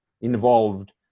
involved